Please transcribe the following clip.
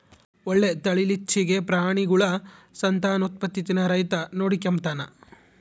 ಒಳ್ಳೆ ತಳೀಲಿಚ್ಚೆಗೆ ಪ್ರಾಣಿಗುಳ ಸಂತಾನೋತ್ಪತ್ತೀನ ರೈತ ನೋಡಿಕಂಬತಾನ